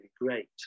great